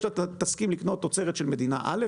שר החקלאות ופיתוח הכפר עודד